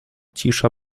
cisza